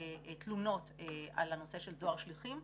תלונות על הנושא של דואר שליחים.